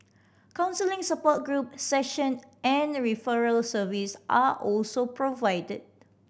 counselling support group session and referral service are also provided